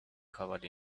covered